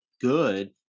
good